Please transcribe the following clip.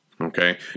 Okay